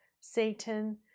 Satan